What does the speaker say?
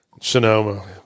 sonoma